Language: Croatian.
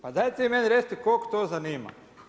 Pa dajte vi meni recite kog to zanima?